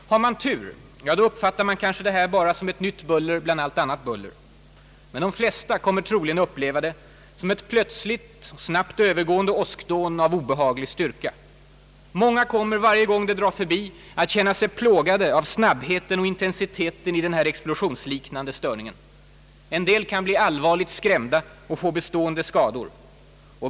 Har man tur uppfattar man kanske det här bara som ett nytt buller bland allt annat buller. Men de flesta kommer troligen att uppleva det som ett plötsligt, snabbt övergående åskdån av obehaglig styrka. Många kommer varje gång det drar förbi att känna sig plågade av snabbheten och intensiteten i denna explosionsliknande störning. En del kan bli allvarligt skrämda och få bestående skador.